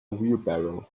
wheelbarrow